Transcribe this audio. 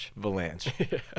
Valanche